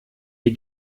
die